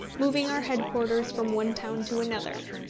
moving our headquarters from one town to another.